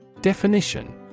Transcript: Definition